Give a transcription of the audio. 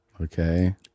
Okay